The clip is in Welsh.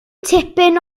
tipyn